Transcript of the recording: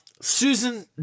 Susan